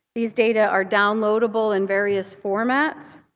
these data are downloadable in various formats